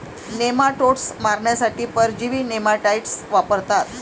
nematodes मारण्यासाठी परजीवी नेमाटाइड्स वापरतात